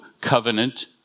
covenant